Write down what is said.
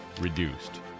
reduced